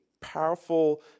powerful